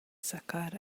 sacar